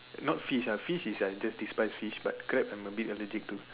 not fish ah fish is I just despise fish but crab I'm a bit allergic to